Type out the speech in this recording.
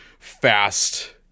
Fast